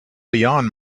beyond